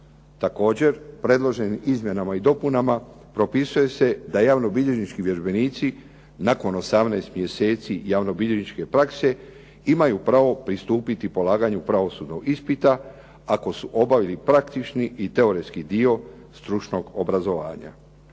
Također, predloženim izmjenama i dopunama propisuje se da javnobilježnički vježbenici nakon 18 mjeseci javnobilježničke prakse imaju pravo pristupiti polaganju pravosudnog ispita ako su obavili praktični i teoretski dio stručnog obrazovanja.